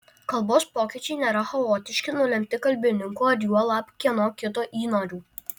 kalbos pokyčiai nėra chaotiški nulemti kalbininkų ar juolab kieno kito įnorių